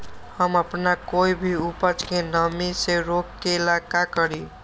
हम अपना कोई भी उपज के नमी से रोके के ले का करी?